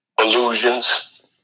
illusions